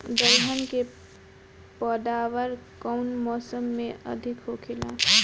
दलहन के पैदावार कउन मौसम में अधिक होखेला?